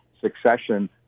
succession